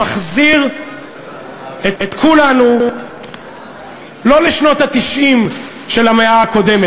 המחזיר את כולנו לא לשנות ה-90 של המאה הקודמת,